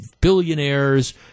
billionaires